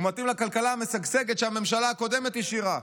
הוא מתאים לכלכלה המשגשגת שהממשלה הקודמת השאירה,